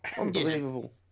Unbelievable